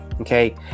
okay